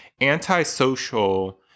Antisocial